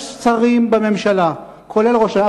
יש שרים בממשלה, כולל ראש הממשלה.